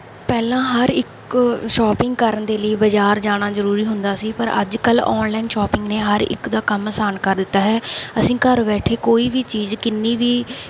ਪਹਿਲਾਂ ਹਰ ਇੱਕ ਸ਼ੋਪਿੰਗ ਕਰਨ ਦੇ ਲਈ ਬਾਜ਼ਾਰ ਜਾਣਾ ਜ਼ਰੂਰੀ ਹੁੰਦਾ ਸੀ ਪਰ ਅੱਜ ਕੱਲ੍ਹ ਔਨਲਾਈਨ ਸ਼ੋਪਿੰਗ ਨੇ ਹਰ ਇੱਕ ਦਾ ਕੰਮ ਆਸਾਨ ਕਰ ਦਿੱਤਾ ਹੈ ਅਸੀਂ ਘਰ ਬੈਠੇ ਕੋਈ ਵੀ ਚੀਜ਼ ਕਿੰਨੀ ਵੀ